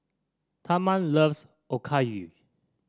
Thurman loves Okayu